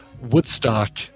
woodstock